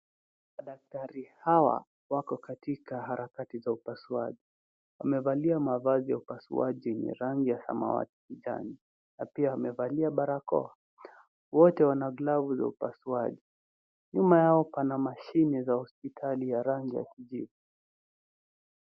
Madaktari hawa wako katika harakati za upasuaji. Wamevalia mavazi ya upasuaji yenye rangi ya samawati kijani na pia wamevalia barakoa. Wote wana glavu za upasuaji. Nyuma yao pana mashine za hospitali ya rangi ya kijivu.